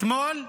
אתמול,